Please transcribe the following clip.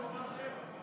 קבוצת סיעת יהדות התורה,